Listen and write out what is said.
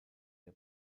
der